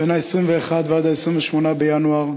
בין 21 ועד ל-28 בינואר,